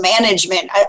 management